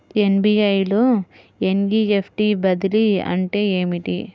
SBI లో NEFT బదిలీ అంటే ఏమిటి?